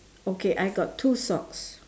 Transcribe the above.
okay I got two socks